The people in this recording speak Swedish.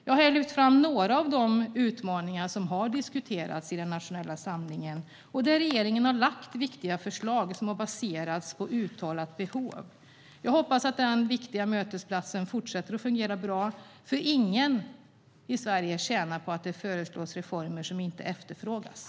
Jag har lyft fram några av de utmaningar som har diskuterats i Nationell samling för läraryrket och där regeringen har lagt fram viktiga förslag som har baserats på uttalat behov. Jag hoppas att den viktiga mötesplatsen fortsätter att fungera bra. Ingen i Sverige tjänar på att det föreslås reformer som inte efterfrågas.